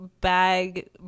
bag